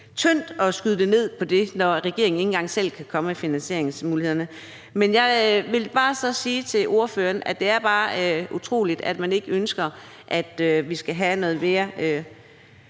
tyndt at skyde det ned på den måde, når regeringen ikke engang selv kan komme med finansieringsmulighederne. Men jeg vil så bare sige til ordføreren, at det er utroligt, at man ikke ønsker, at vi skal have noget mere